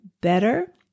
better